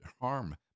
harm